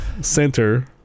center